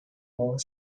more